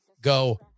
go